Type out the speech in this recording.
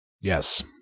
Yes